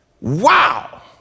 Wow